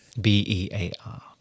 B-E-A-R